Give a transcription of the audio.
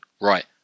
Right